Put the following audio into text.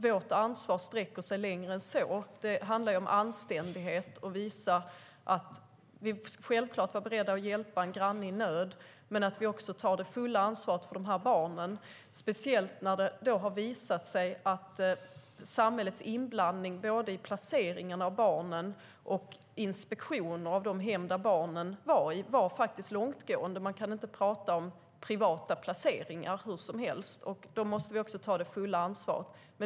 Vårt ansvar sträcker sig längre än så; det handlar om anständighet. Vi ska visa att vi självklart var beredda att hjälpa en granne i nöd men att vi också tar det fulla ansvaret för de här barnen. Det har ju visat sig att samhällets inblandning både i placeringen av barnen och i inspektioner av de hem där barnen var faktiskt var långtgående. Man kan inte tala om privata placeringar hur som helst, och därför måste vi också ta det fulla ansvaret.